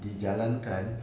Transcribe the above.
dijalankan